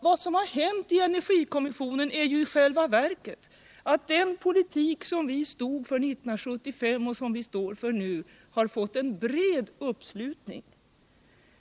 Vad som har hänt i energikommissionen är ju i själva verket att den politik som vi stod för 1975 och som vi står för nu har fått en bred uppslutning.